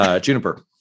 Juniper